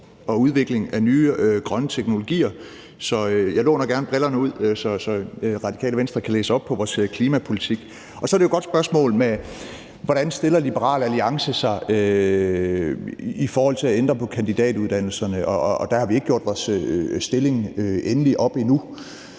og udvikling af nye grønne teknologier. Så jeg låner gerne brillerne ud, så Radikale Venstre kan læse op på vores klimapolitik. Så er det jo et godt spørgsmål, hvordan Liberal Alliance stiller sig i forhold til at ændre på kandidatuddannelserne, og der har vi ikke gjort vores stilling endeligt op endnu.